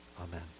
Amen